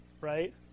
right